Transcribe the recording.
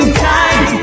time